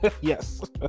Yes